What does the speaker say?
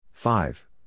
Five